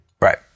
Right